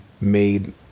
made